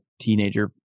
teenager